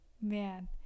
man